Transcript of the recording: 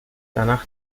danach